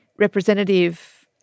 representative